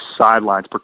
sidelines